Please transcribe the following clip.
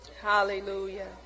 Hallelujah